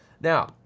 Now